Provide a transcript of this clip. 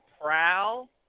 Prowl